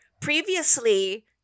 previously